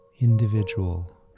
individual